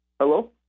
Hello